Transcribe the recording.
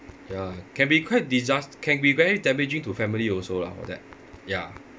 ya can be quite disas~ can be very damaging to family also lah like that ya